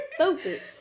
stupid